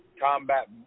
combat